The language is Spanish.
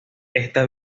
esta